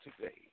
today